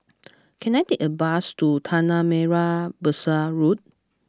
can I take a bus to Tanah Merah Besar Road